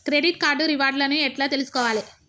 Credit card reward లను ఎట్ల తెలుసుకోవాలే?